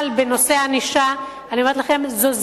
אבל בנושא הענישה, אני אומרת לכם, זו זילות,